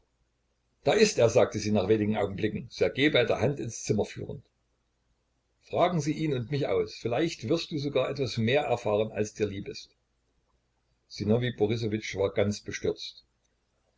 da ist er sagte sie nach wenigen augenblicken ssergej bei der hand ins zimmer führend fragen sie ihn und mich aus vielleicht wirst du sogar etwas mehr erfahren als dir lieb ist sinowij borissowitsch war ganz bestürzt